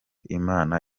imana